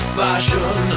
fashion